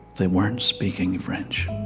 they weren't speaking french